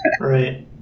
Right